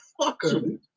fucker